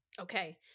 Okay